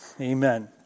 Amen